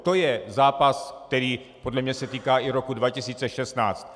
To je zápas, který se podle mě týká i roku 2016.